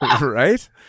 Right